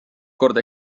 korda